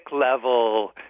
level